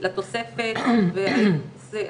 על סך המסגרת של ההוצאה.